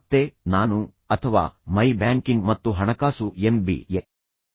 ಮತ್ತೆ ನಾನು ಅಥವಾ ಮೈ ಬ್ಯಾಂಕಿಂಗ್ ಮತ್ತು ಹಣಕಾಸು ಎಂಬಿಎ ಅಥವಾ ಎಂಬಿಎ